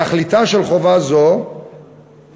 תכליתה של חובה זו היא,